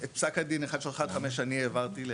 שצריך לקבל 31 נקודה זה פלוס 4%. שגם זה כתוב במכרז.